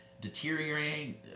deteriorating